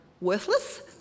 worthless